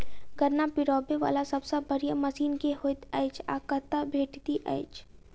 गन्ना पिरोबै वला सबसँ बढ़िया मशीन केँ होइत अछि आ कतह भेटति अछि?